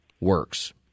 works